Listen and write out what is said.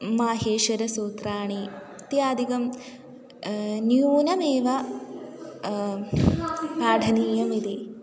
माहेश्वरसूत्राणि इत्यादिकं न्यूनमेव पाठनीयमिति